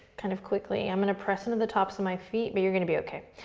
kind of quickly. i'm going to press into the tops of my feet, but you're going to be okay.